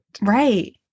Right